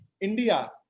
India